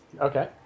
Okay